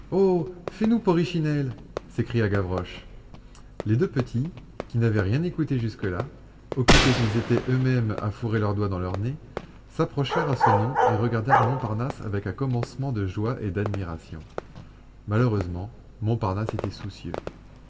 fais-nous porrichinelle s'écria gavroche les deux petits qui n'avaient rien écouté jusque-là occupés qu'ils étaient eux-mêmes à fourrer leurs doigts dans leur nez s'approchèrent à ce nom et regardèrent montparnasse avec un commencement de joie et d'admiration malheureusement montparnasse était soucieux